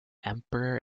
emperor